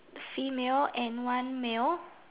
female and one male